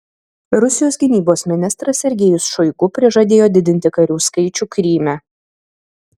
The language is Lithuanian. rusijos gynybos ministras sergejus šoigu prižadėjo didinti karių skaičių kryme